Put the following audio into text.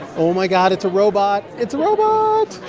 oh, my god it's a robot. it's a robot.